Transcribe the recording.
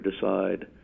decide